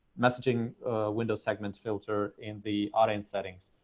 messaging window segments filter in the audience settings,